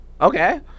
okay